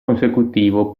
consecutivo